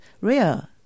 rare